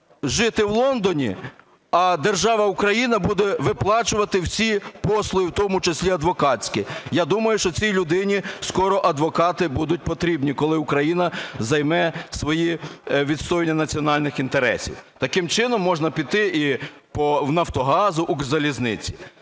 жити в Лондоні, а держава Україна буде виплачувати всі послуги, в тому числі адвокатські. Я думаю, що цій людині скоро адвокати будуть потрібні, коли Україна займе своє відстоювання національних інтересів. Таким чином можна піти і по Нафтогазу, Укрзалізниці.